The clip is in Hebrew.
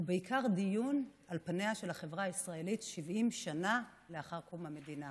הוא בעיקר דיון על פניה של החברה הישראלית 70 שנה לאחר קום המדינה.